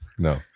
No